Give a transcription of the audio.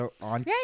on